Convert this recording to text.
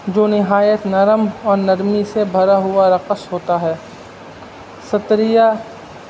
جو نہایت نرم اور نرمی سے بھرا ہوا رقص ہوتا ہے ستریا